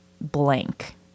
blank